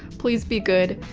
please be good.